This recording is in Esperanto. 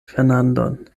fernandon